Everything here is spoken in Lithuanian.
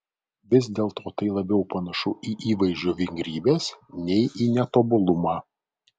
vis dėlto tai labiau panašu į įvaizdžio vingrybes nei į netobulumą